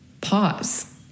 pause